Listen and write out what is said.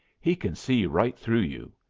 he can see right through you,